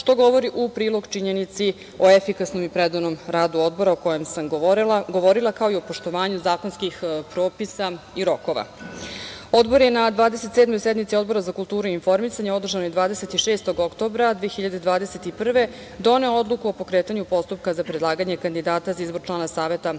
što govori u prilog činjenici o efikasnom i predanom radu Odbora o kojem sam govorila, kao i o poštovanju zakonskih propisa i rokova. Odbor je na 27. sednici Odbora za kulturu i informisanje, održanoj 26. oktobra 2021. godine, doneo odluku o pokretanju postupka za predlaganje kandidata za izbor člana Saveta